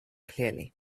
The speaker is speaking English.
clearly